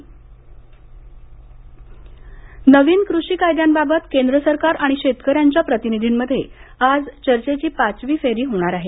शेतकरी चर्चा नवीन कृषी कायद्याबाबत केंद्र सरकार आणि शेतकऱ्यांच्या प्रतिनिधींमध्ये आज चर्चेची पाचवी फेरी होणार आहे